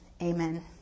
Amen